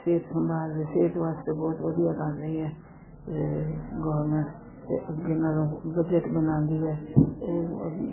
ਸਿਹਤ ਸੰਭਾਲ ਸਿਹਤ ਵਾਸਤੇ ਬਹੁਤ ਵਧੀਆ ਕਰ ਰਹੀ ਹੈ ਗੌਰਮੈਂਟ ਅਤੇ ਅੱਗੇ ਨਾਲੋਂ ਬਜਟ ਬਣਾਉਂਦੀ ਹੈ ਓ